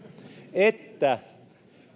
että